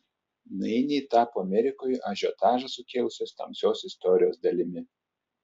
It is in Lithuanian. nainiai tapo amerikoje ažiotažą sukėlusios tamsios istorijos dalimi